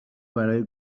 برای